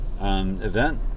event